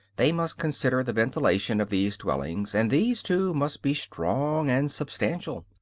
they must consider the ventilation of these dwellings, and these, too, must be strong and substantial.